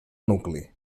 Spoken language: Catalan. nucli